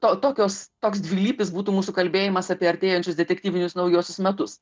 to tokios toks dvilypis būtų mūsų kalbėjimas apie artėjančius detektyvinius naujuosius metus